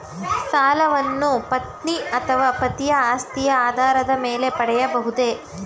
ಸಾಲವನ್ನು ಪತ್ನಿ ಅಥವಾ ಪತಿಯ ಆಸ್ತಿಯ ಆಧಾರದ ಮೇಲೆ ಪಡೆಯಬಹುದೇ?